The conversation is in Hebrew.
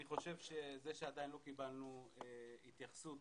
אני חושב שזה שעדיין לא קיבלנו התייחסות